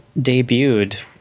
debuted